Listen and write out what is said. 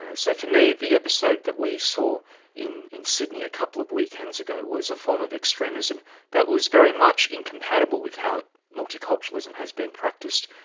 ah so for me, the episode that we saw in in sydney a couple of weekends ago, was a form of extremism that was very much incompatible with how multiculturalism has been practised,